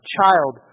Child